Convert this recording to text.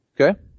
Okay